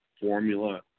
formula